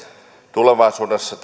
tulevaisuudessa